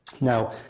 Now